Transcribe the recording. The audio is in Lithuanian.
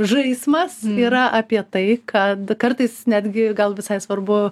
žaismas yra apie tai kad kartais netgi gal visai svarbu